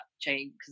change